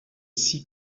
six